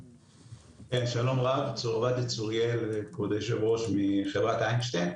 שלום רב, כבוד היו"ר אני מחברת איינשטיין.